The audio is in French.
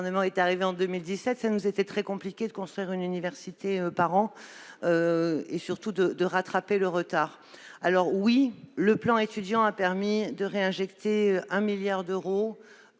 pouvoir qu'en 2017. Il nous était très difficile de construire une université par an et, surtout, de rattraper ce retard. Oui, le plan Étudiants a permis de réinjecter 1 milliard d'euros